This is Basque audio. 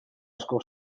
asko